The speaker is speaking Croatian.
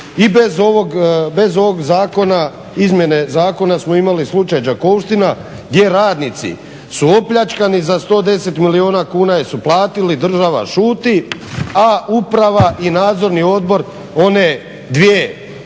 i bez ovog zakona, izmjene zakona smo imali slučaj Đakovština gdje radnici su opljačkani za 110 milijuna kuna jer su platili, država šuti, a uprava i nadzorni odbor one dvije